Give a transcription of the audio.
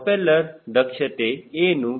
propeller ದಕ್ಷತೆ ಏನು